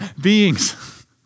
beings